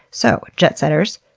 so, jetsetters,